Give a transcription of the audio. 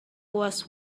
was